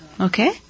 Okay